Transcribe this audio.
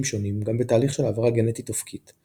שונים גם בתהליך של העברה גנטית אופקית,